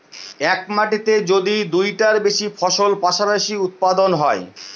এক মাটিতে যদি দুইটার বেশি ফসল পাশাপাশি উৎপাদন হয়